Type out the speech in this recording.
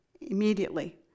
immediately